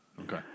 Okay